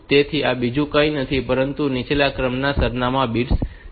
તેથી આ બીજું કંઈ નથી પરંતુ નીચલા ક્રમના સરનામાં બિટ્સ છે